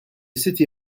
city